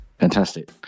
Fantastic